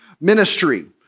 ministry